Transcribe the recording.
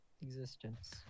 existence